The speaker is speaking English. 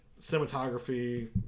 cinematography